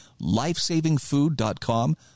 LifesavingFood.com